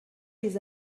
les